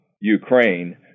Ukraine